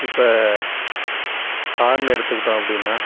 இப்போ கார்னு எடுத்துகிட்டோம் அப்படின்னா